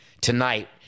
tonight